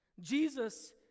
Jesus